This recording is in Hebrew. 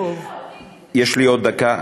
יש לי עוד דקה.